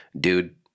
Dude